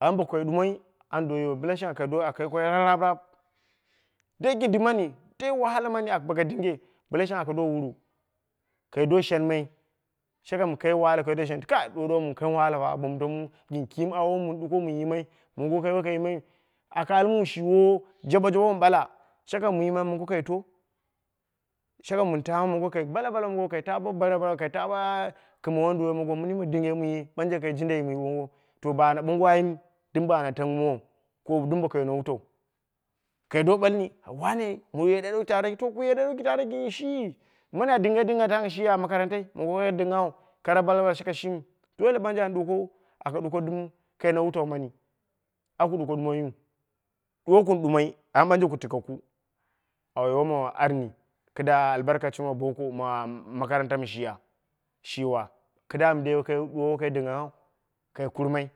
Am bo koi ɗumoi an do yimau bɨla shanga do yoimau ka boi ra ra raap, dai kindi mani dai wahala mani boko dinghe mondin shang aka do wuru kai do shen mai, shakam kai waara aka do ɓalmai kai ɗuwa ɗuwa mɨn kang wahala fa bomu gɨn kum awomu mɨn ɗuko mɨn yimai mongo kai woi kai yimaiyu, aka al mu shi yiowo jaɓo jaɓo ma ɓala shakam wun yimai mongo kai to, shakam mɨn taama mongo kai bala bala mongo kai ta bo bara bara ka tama kɨm wonduwoi mongo minɨ mɨ dinge mɨye ɓanje kai jindai mɨ yiwo to baana ɓongo ayim ɗim ba na tangɨmowo ko ɗim boko yino wutau kai do balli wane, mɨye ɗaɗau tare to boku ye ɗaɗau gin shi, mani a dingeni dingngha tang shi ya makarantai, mongo woi dingnghau kara bala bala shakai, shimi dole ɓanje an duko aka ɗuko ɗɨm kai nawutau mani aku ɗuko ɗumoiyu ɗuwa kun ɗumoi amma ɓanje ku tikeku. A wai woma arni kɨdda albarkam ma boko ma makaranta mɨ shiya, shi wa kɨdda mindei kai ɗuwa woi kan dinga kau kai kumai,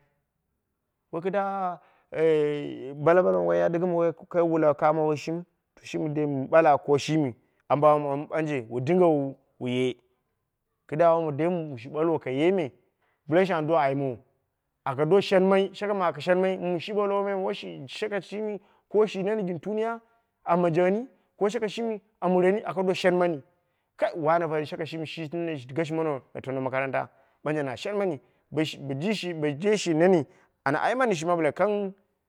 woi kidda ehhh balabalau woi yana ɗɨgɨmu eh kai wula kamo shimiu to shimi dai mɨn ɓala ko shimi ambo ambo mɨ ɓanje wu dingewa wu ye kidda wom dai wun bəlwo ka yieme mondin shang an do aimowo aka do shenmai shakam aka shen mai mum shi ɓalwo me woi shi shakai shimi ko shi ta nene gɨn tuninya ko a manjeni, ko shaka shimi a mureni aka do shenmani, kai wane pa shaka shimi shi gashimono na taano makaranta ɓanje na shenmani boje shi neme ɓa ana aimani shima bɨla kang